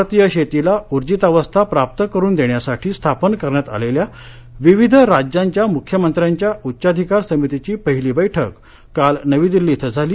भारतीय शेतीला उर्जितावस्था प्राप्त करून देण्यासाठी स्थापन करण्यात आलेल्या विविध राज्यांच्या मुख्यमंत्र्यांच्या उच्चाधिकार समितीची पहिली बैठक काल नवी दिल्ली इथं झाली